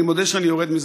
אני מודה שאני יורד מזה,